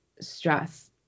stress